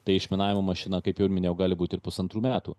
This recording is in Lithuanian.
tai išminavimų mašina kaip jau ir minėjau gali būti pusantrų metų